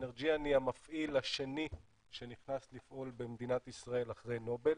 אנרג'יאן היא המפעיל השני שנכנס לפעול במדינת ישראל אחרי נובל,